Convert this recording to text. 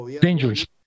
dangerous